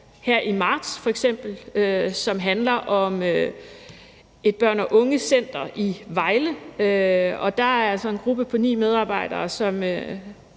her i marts, som handler om et børne- og ungecenter i Vejle. Der er altså en gruppe på ni medarbejdere, som